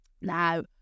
now